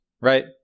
right